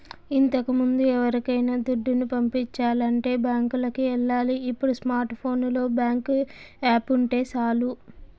ఇంతకముందు ఎవరికైనా దుడ్డుని పంపించాలంటే బ్యాంకులికి ఎల్లాలి ఇప్పుడు స్మార్ట్ ఫోనులో బ్యేంకు యాపుంటే సాలు